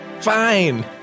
fine